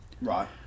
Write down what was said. Right